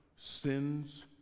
sins